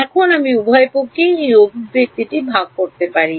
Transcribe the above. এখন আমি উভয় পক্ষেই এই অভিব্যক্তিটি আমি ভাগ করতে পারি